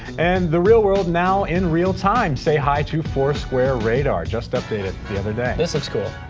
and, the real world now in real time. say hi to four square radar, just updated the other day. this looks cool.